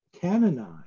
canonized